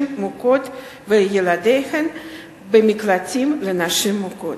מוכות וילדיהן במקלטים לנשים מוכות.